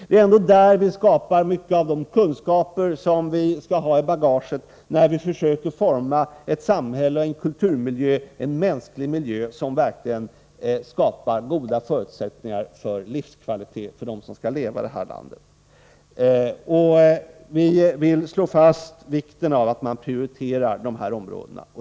Det är ändå där 7 juni 1984 vi skapar mycket av de kunskaper som vi skall ha i bagaget när vi försöker forma ett samhälle och en kulturmiljö, en mänsklig miljö, som verkligen Forskningsoch ut skapar goda förutsättningar för livskvalitet för dem som skall leva här i vecklingsverksamlandet. Vi vill framhålla vikten av att man prioriterar dessa områden.